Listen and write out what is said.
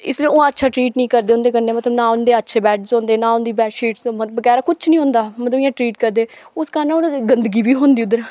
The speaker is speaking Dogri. इसलेई ओह् अच्छा ट्रीट नेईं करदे उंदे कन्नै मतलब ना उं'दे अच्छे बेड्स होंदे ना उं'दी बेडशीट्स बगैरा कुछ नेईं होंदा मतलब इ'यां ट्रीट करदे उस कारण ओह् ना गंदगी बी होंदी उद्धर